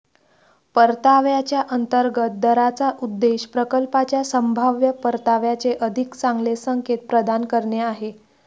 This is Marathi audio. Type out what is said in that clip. परताव्याच्या अंतर्गत दराचा उद्देश प्रकल्पाच्या संभाव्य परताव्याचे अधिक चांगले संकेत प्रदान करणे आहे